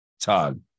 Todd